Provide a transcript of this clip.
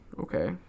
okay